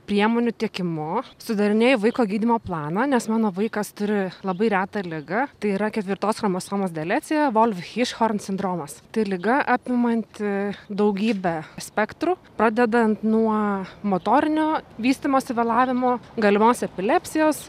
priemonių tiekimu sudarinėju vaiko gydymo planą nes mano vaikas turi labai retą ligą tai yra ketvirtos chromosomos delecija wolfhirschhorn sindromas tai liga apimanti daugybę spektrų pradedant nuo motorinio vystymosi vėlavimo galimos epilepsijos